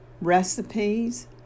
recipes